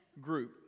group